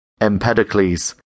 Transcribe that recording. Empedocles